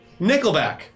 Nickelback